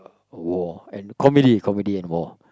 war and comedy comedy and war